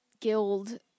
guild